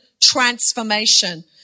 Transformation